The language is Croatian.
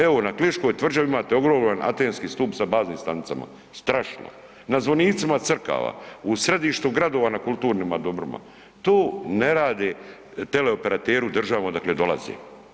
Evo na Kliškoj tvrđavi imate ogroman antenski stup sa baznim stanicama, strašno, na zvonicima crkava, u središtu gradova na kulturnim dobrima, to ne rade teleoperateri u državama odakle dolaze.